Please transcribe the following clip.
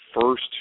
first